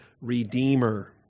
Redeemer